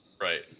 Right